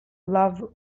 love